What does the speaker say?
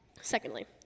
Secondly